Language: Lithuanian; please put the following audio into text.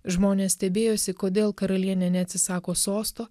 žmonės stebėjosi kodėl karalienė neatsisako sosto